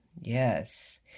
Yes